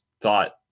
thought